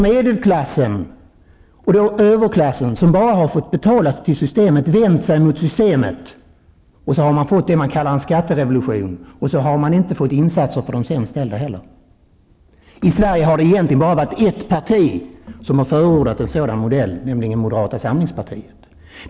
Medelklassen och överklassen som bara har fått betala för systemet har då vänt sig mot systemet med påföljd att det har blivit en skatterevolution, så att det inte har blivit några insatser för de sämst ställda. I Sverige har egentligen bara ett parti förordat en sådan modell, nämligen moderata samlingspartiet.